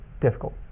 difficult